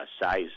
size